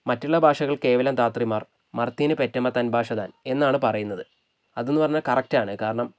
മറ്റുള്ള ഭാഷകൾ കേവലം ധാത്രിമാർ മർത്യന് പെറ്റമ്മ തൻ ഭാഷ താൻ എന്നാണ് പറയുന്നത് അതെന്നു പറഞ്ഞാൽ കറക്റ്റാണ് കാരണം